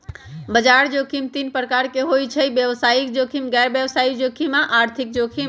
बजार जोखिम तीन प्रकार के होइ छइ व्यवसायिक जोखिम, गैर व्यवसाय जोखिम आऽ आर्थिक जोखिम